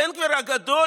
בן גביר הגדול,